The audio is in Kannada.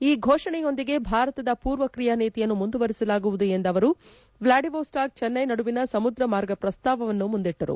ಈ ಘೋಷಣೆಯೊಂದಿಗೆ ಭಾರತದ ಪೂರ್ವ ಕ್ರಿಯಾ ನೀತಿಯನ್ನು ಮುಂದುವರಿಸಲಾಗುವುದು ಎಂದ ಅವರು ವ್ಲಾಡಿವೋಸ್ಚಾಕ್ ಚೆನ್ವೈ ನಡುವಿನ ಸಮುದ್ರ ಮಾರ್ಗ ಪ್ರಸ್ತಾವವನ್ನು ಮುಂದಿಟ್ಟರು